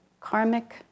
karmic